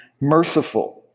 merciful